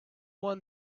won